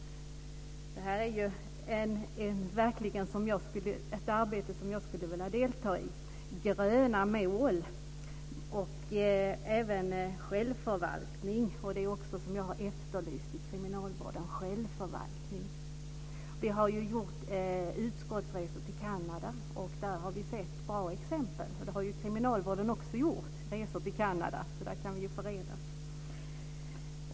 Detta är verkligen ett arbete som jag skulle vilja delta i. Det talas om gröna mål och självförvaltning. Jag har efterlyst självförvaltning i kriminalvården. Vi har gjort utskottsresor till Kanada, och där har vi sett bra exempel. Kriminalvården har ju också gjort resor till Kanada, så där kan vi förenas.